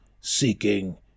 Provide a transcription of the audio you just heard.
seeking